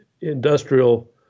industrial